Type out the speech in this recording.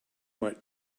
what